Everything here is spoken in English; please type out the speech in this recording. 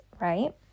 right